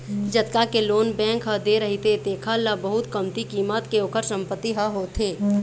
जतका के loan bank ह दे रहिथे तेखर ले बहुत कमती कीमत के ओखर संपत्ति ह होथे